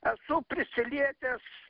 esu prisilietęs